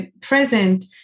present